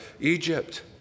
Egypt